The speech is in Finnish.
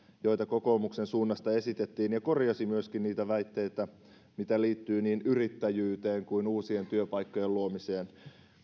joita kokoomuksen suunnasta esitettiin ja korjasi myöskin niitä väitteitä jotka liittyvät niin yrittäjyyteen kuin uusien työpaikkojen luomiseen